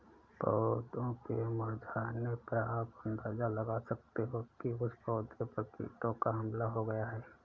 पौधों के मुरझाने पर आप अंदाजा लगा सकते हो कि उस पौधे पर कीटों का हमला हो गया है